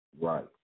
Right